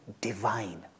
divine